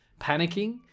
Panicking